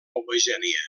homogènia